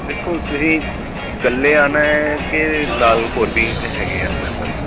ਦੇਖੋ ਤੁਸੀਂ ਇਕੱਲੇ ਆਉਣਾ ਹੈ ਕਿ ਨਾਲ ਹੋਰ ਵੀ ਇੱਕ ਹੈਗੇ ਆ ਕੇ ਮੈਂਬਰਸ